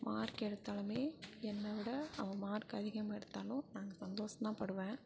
mark எடுத்தாலுமே என்னை விட அவ மார்க் அதிகமாக எடுத்தாலும் நாங்கள் சந்தோசம் தான் படுவேன்